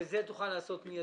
את זה אוכל לעשות.